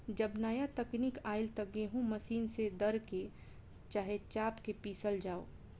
जब नाया तकनीक आईल त गेहूँ मशीन से दर के, चाहे चाप के पिसल जाव